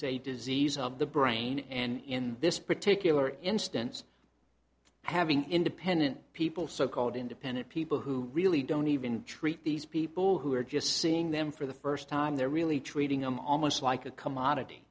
a disease of the brain and in this particular instance having independent people so called independent people who really don't even treat these people who are just seeing them for the first time they're really treating them almost like a commodity